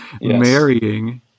marrying